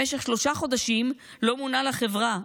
במשך שלושה חודשים לא מונה לחברה,